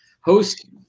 host